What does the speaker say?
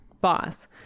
boss